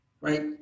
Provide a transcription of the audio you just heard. right